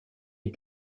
est